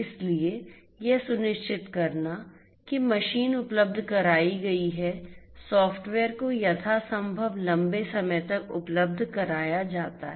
इसलिए यह सुनिश्चित करना कि मशीन उपलब्ध कराई गई है सॉफ्टवेयर को यथासंभव लंबे समय तक उपलब्ध कराया जाता है